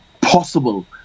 possible